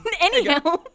anyhow